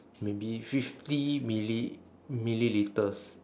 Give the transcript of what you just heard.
maybe fifty milli~ millilitres